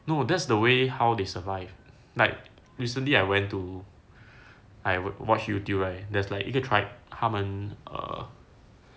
no that's the way how they survive like recently I went to I would watch youtube right there's like 一个 tribe 他们 err